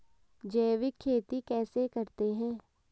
जैविक खेती कैसे करते हैं?